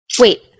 Wait